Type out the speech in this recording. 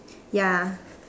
ya